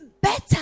better